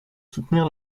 soutenir